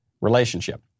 relationship